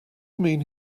mean